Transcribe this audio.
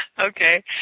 Okay